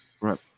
right